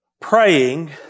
Praying